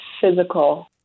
physical